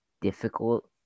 difficult